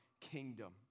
kingdom